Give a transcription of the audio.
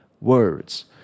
words